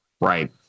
Right